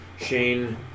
Shane